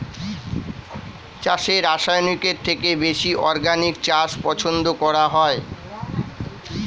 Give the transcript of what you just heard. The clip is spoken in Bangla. চাষে রাসায়নিকের থেকে বেশি অর্গানিক চাষ পছন্দ করা হয়